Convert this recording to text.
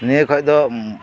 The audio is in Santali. ᱱᱤᱭᱟᱹ ᱠᱷᱚᱡ ᱫᱚ